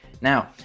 Now